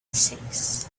six